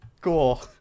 Cool